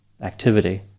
activity